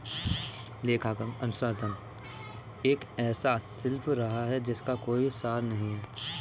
लेखांकन अनुसंधान एक ऐसा शिल्प रहा है जिसका कोई सार नहीं हैं